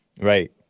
Right